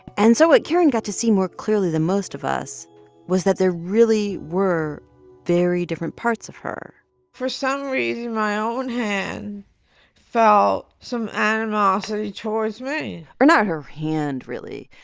and so what karen got to see more clearly than most of us was that there really were very different parts of her for some reason, my own hand felt some animosity towards me or not her hand, really,